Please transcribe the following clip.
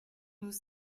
nous